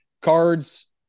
cards